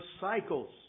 cycles